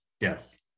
Yes